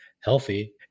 healthy